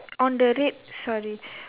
on the red sorry